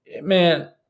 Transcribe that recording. man